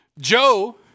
Joe